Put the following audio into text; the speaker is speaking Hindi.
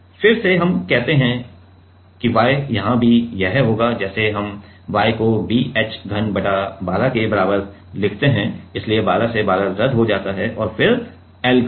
फिर से हम कहते हैं Y यहाँ भी यह होगा जैसे हम Y को b h घन बटा 12 के बराबर लिखते हैं इसलिए 12 12 रद्द हो जाते हैं और फिर l घन